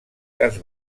cas